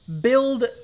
build